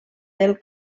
del